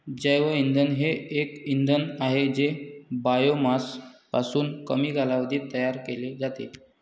जैवइंधन हे एक इंधन आहे जे बायोमासपासून कमी कालावधीत तयार केले जाते